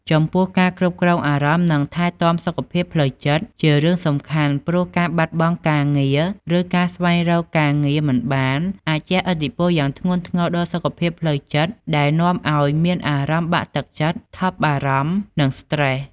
ចំពោះការគ្រប់គ្រងអារម្មណ៍ និងថែទាំសុខភាពផ្លូវចិត្តជារឿងសំខាន់ព្រោះការបាត់បង់ការងារ ឬការស្វែងរកការងារមិនបាន អាចជះឥទ្ធិពលយ៉ាងធ្ងន់ធ្ងរដល់សុខភាពផ្លូវចិត្ត ដែលនាំឱ្យមានអារម្មណ៍បាក់ទឹកចិត្ត ថប់បារម្ភ និងស្ត្រេស។